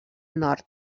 nord